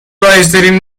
رایجترین